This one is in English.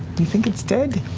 do you think it's dead?